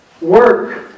work